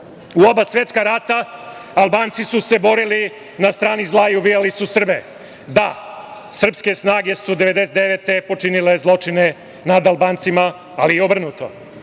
oba svetska rata Albanci su se borili na strani zla i ubijali su Srbe. Da, srpske snage su 1999. godine počinile zločine nad Albancima, ali i obrnuto.